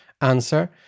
answer